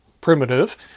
primitive